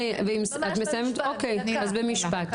אוקי, אז במשפט.